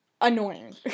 annoying